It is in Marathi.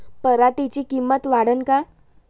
पराटीची किंमत वाढन का?